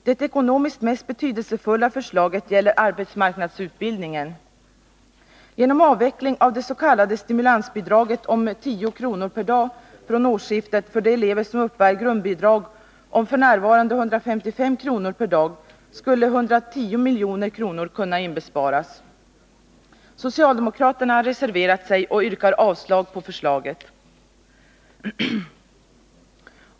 Det ekonomiskt mest betydelsefulla förslaget gäller arbetsmarknadsutbildningen. Genom avveckling av det s.k. stimulansbidraget om 10 kr. dag skulle 110 milj.kr. kunna inbesparas. Socialdemokraterna har reserverat sig och yrkar avslag på förslaget.